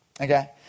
Okay